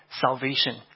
salvation